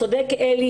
צודק אלי,